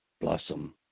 blossom